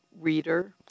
reader